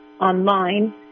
online